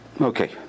Okay